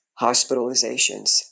hospitalizations